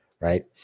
right